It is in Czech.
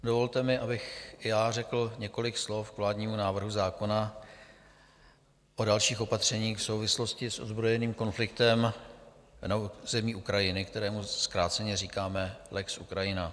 Dovolte mi, abych i já řekl několik slov k vládnímu návrhu zákona o dalších opatřeních v souvislosti s ozbrojeným konfliktem na území Ukrajiny, kterému zkráceně říkáme lex Ukrajina.